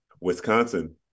Wisconsin